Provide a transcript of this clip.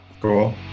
Cool